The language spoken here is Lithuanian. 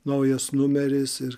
naujas numeris ir